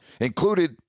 included